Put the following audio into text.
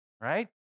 Right